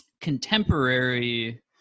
contemporary